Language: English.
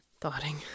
Thoughting